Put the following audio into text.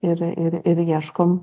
ir ir ir ieškom